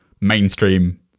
mainstream